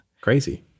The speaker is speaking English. Crazy